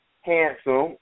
handsome